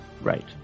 Right